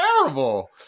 terrible